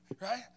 Right